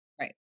right